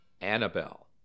Annabelle